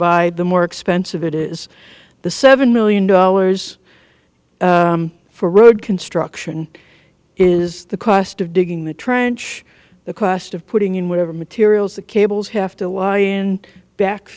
buy the more expensive it is the seven million dollars for road construction is the cost of digging the trench the cost of putting in whatever materials the cables have to lie in back